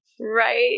Right